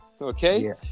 okay